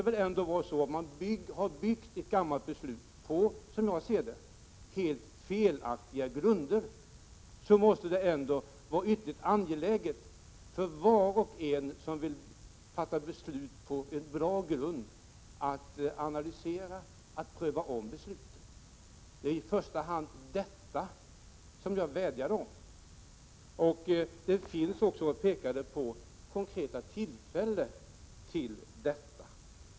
Man har, som jag ser det, byggt ett gammalt beslut på helt felaktiga grunder. Då måste det ändå vara ytterligt angeläget för var och en som vill fatta beslut på en bra grund att analysera, att ompröva det gamla beslutet. Det är i första hand detta som jag vädjade om. Jag pekade också på konkreta tillfällen till detta.